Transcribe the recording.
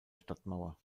stadtmauer